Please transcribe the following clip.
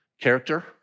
character